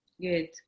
Good